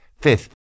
Fifth